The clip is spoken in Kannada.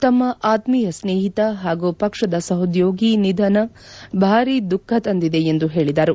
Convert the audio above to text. ತಮ್ಮ ಆತ್ಮೀಯ ಸ್ನೇಹಿತ ಹಾಗೂ ಪಕ್ಷದ ಸಹೋದ್ಯೋಗಿಯ ನಿಧನ ಬಾರಿ ದುಃಖ ತಂದಿದೆ ಎಂದು ಹೇಳಿದರು